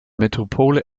metropole